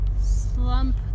slump